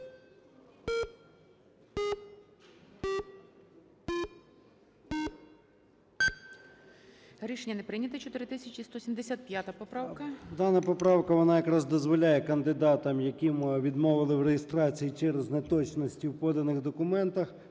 Рішення не прийнято. 4175 поправка. 10:56:44 ЧЕРНЕНКО О.М. Дана поправка, вона якраз дозволяє кандидатам, яким відмовили в реєстрації через неточності в поданих документах,